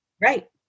Right